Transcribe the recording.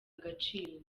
agaciro